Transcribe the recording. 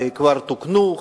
כבר תוקנו.